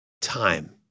time